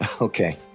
Okay